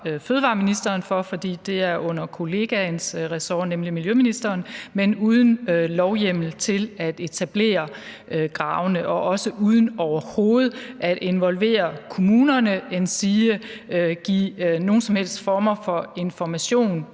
fødevareministeren for, fordi det er under kollegaens ressort, nemlig miljøministeren – etablerer gravene og også uden overhovedet at involvere kommunerne endsige give nogen som helst former for information